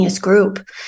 group